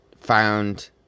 found